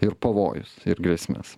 ir pavojus ir grėsmes